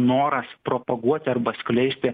noras propaguoti arba skleisti